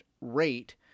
rate